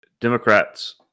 Democrats